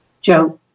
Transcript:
Joe